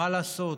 מה לעשות,